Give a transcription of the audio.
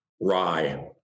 Rye